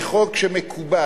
זה חוק שמקובל.